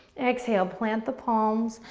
exhale, plant the palms,